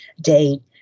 date